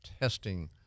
testing